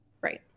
Right